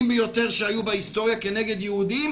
ביותר שהיו בהיסטוריה כנגד יהודים.